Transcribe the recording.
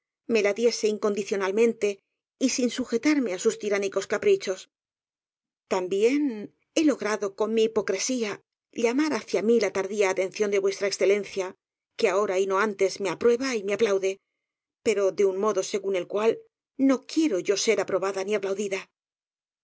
la diese incondicio nalmente y sin sujetarme á sus tiránicos caprichos también he logrado con mi hipocresía llamar ha cia mí la tardía atención de v e que ahora y no antes me aprueba y me aplaude pero de un modo según el cual no quiero yo ser aprobada ni